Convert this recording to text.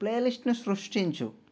ప్లేలిస్ట్ను సృష్టించు